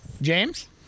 James